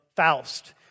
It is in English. Faust